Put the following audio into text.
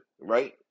right